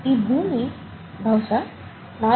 ఈ భూమి బహుశా 4